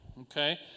Okay